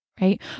Right